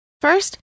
First